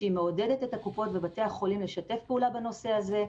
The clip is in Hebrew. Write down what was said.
שהיא מעודדת את הקופות בבתי החולים לשתף פעולה בנושא הזה.